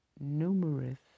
numerous